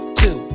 two